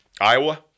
Iowa